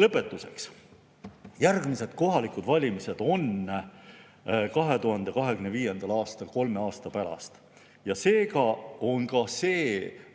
Lõpetuseks. Järgmised kohalikud valimised on 2025. aastal, kolme aasta pärast. Seega on